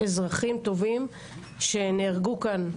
אזרחים טובים שנהרגו כאן.